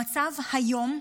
המצב היום,